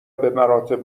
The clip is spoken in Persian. بمراتب